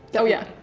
oh yeah.